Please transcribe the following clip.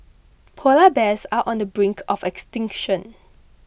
Polar Bears are on the brink of extinction